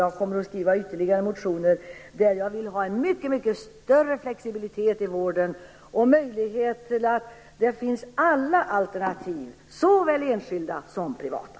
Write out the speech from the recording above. Jag kommer att skriva ytterligare motioner för en mycket, mycket större flexibilitet i vården och möjlighet till alla alternativ, såväl offentliga som privata.